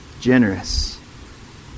Generous